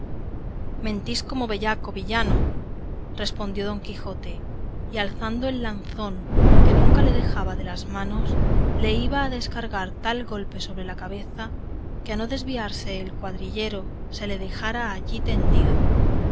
mentís como bellaco villano respondió don quijote y alzando el lanzón que nunca le dejaba de las manos le iba a descargar tal golpe sobre la cabeza que a no desviarse el cuadrillero se le dejara allí tendido